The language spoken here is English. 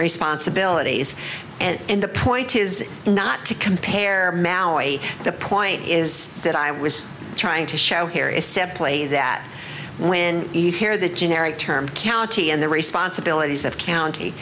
responsibilities and the point is not to compare the point is that i was trying to show here is simply that when you hear the generic term county and the responsibilities of county